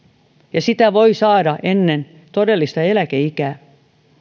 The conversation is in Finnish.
ja sitä voi saada ennen todellista eläkeikää